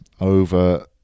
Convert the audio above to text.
over